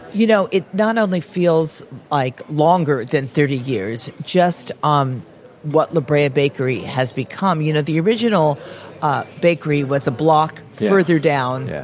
you know, it not only feels like longer than thirty years. just um what la brea bakery has become, you know, the original ah bakery was a block further down, yeah